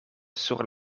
sur